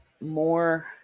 more